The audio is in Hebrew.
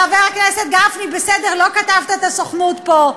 חבר הכנסת גפני, בסדר, לא כתבת את הסוכנות פה.